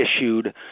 issued